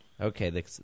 Okay